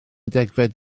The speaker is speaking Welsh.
degfed